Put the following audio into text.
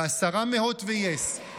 להסרה מהוט ומיס,